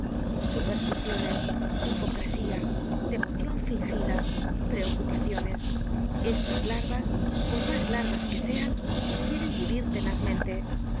supersticiones hipocresía devocion fingida preocupaciones estas larvas por mas larvas que sean quieren vivir